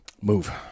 Move